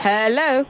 Hello